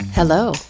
Hello